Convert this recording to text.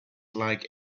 like